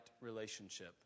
relationship